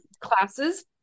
classes